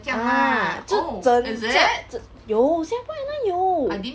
uh 就整架整有 singapore airline 有